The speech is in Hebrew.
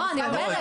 זה